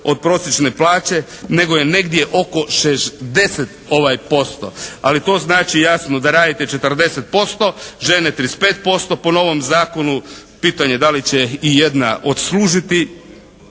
od prosječne plaće, nego je negdje oko 60%. Ali to znači jasno da radite 40%, žene 35% po novom zakonu. Pitanje je da li će ijedna odslužiti